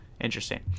interesting